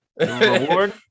reward